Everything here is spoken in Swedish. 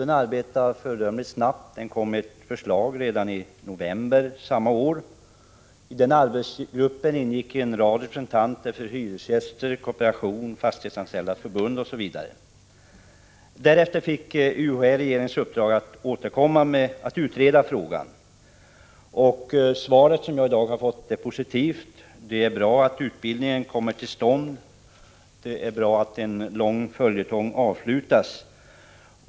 Den arbetade föredömligt snabbt och lade fram ett förslag redan i november samma år. I arbetsgruppen ingick en rad representanter för hyresgäster, kooperation, Fastighetsanställdas förbund, osv. Därefter fick UHÄ regeringens uppdrag att utreda frågan. Det svar jag i dag har fått är positivt. Det är bra att utbildningen kommer till stånd och att därmed en lång följetong avslutas.